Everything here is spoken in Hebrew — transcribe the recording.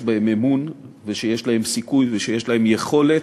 אמון בהם ושיש להם סיכוי ושיש להם יכולת.